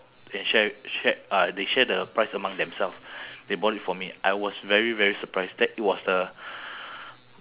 mm I believe it's about two three hundred dollars but total um